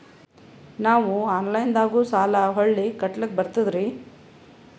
ನಾವು ಆನಲೈನದಾಗು ಸಾಲ ಹೊಳ್ಳಿ ಕಟ್ಕೋಲಕ್ಕ ಬರ್ತದ್ರಿ?